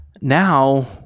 now